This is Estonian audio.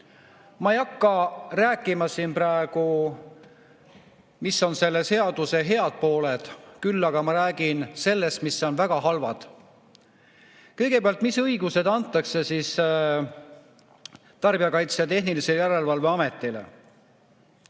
Ma ei hakka rääkima siin praegu, mis on selle seaduse head pooled, küll aga ma räägin sellest, mis on väga halvad. Kõigepealt, mis õigused antakse Tarbijakaitse ja Tehnilise Järelevalve Ametile,